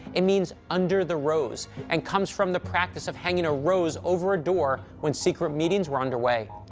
it means under the rose and comes from the practice of hanging a rose over a door when secret meetings were under way.